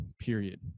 period